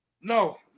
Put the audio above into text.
No